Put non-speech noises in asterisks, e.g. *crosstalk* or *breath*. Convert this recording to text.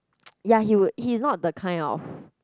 *noise* ya he would he is not the kind of *breath*